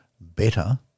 better